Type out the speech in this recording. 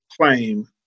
claim